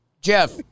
Jeff